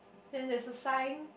then there's a sign